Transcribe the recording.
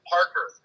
Parker